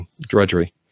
drudgery